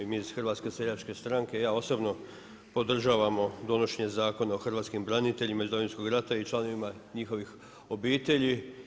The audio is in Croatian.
I mi iz HSS-a i ja osobno podržavamo donošenje Zakona o hrvatskim branitelja iz Domovinskog rata i članovima njihovih obitelji.